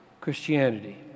Christianity